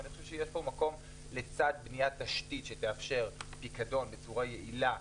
אני חושב שיש פה מקום לצד בניית תשתית שתאפשר פיקדון בצורה יעילה,